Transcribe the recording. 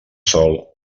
sol